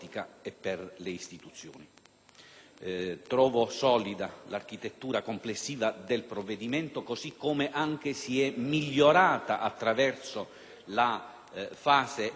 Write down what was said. Trovo solida l'architettura complessiva del provvedimento, così come anche è stata migliorata attraverso la fase emendativa nelle Commissioni